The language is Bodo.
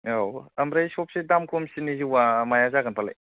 औ ओमफ्राय सबसे दाम खमसिननि जौआ माया जागोन फालाय